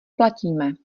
platíme